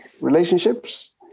relationships